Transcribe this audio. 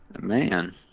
Man